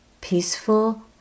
peaceful